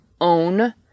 own